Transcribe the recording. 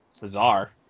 bizarre